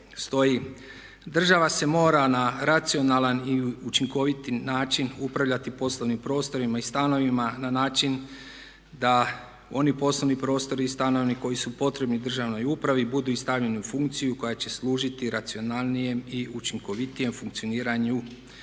"Država se mora na racionalan i učinkoviti način upravljati poslovnim prostorima i stanovima na način da oni poslovni prostori i stanovi koji su potrebni državnoj upravi budu i stavljeni u funkciju koja će služiti racionalnijem i učinkovitijem funkcioniranju. Svi